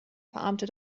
verarmte